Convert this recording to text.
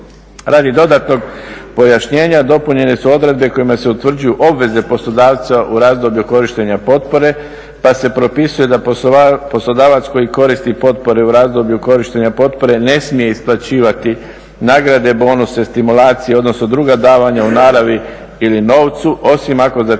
Radi dodatnog pojašnjenja dopunjene su odredbe kojima se utvrđuju obveze poslodavca u razdoblju korištenja potpore pa se propisuje da poslodavac koji koristi potpore u razdoblju korištenja potpore ne smije isplaćivati nagrade, bonuse, stimulacije, odnosno druga davanja u naravi ili novcu, osim ako se te